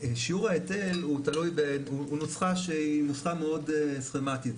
שיעור ההיטל הוא נוסחה שהיא נוסחה מאוד סכמתית.